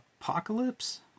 Apocalypse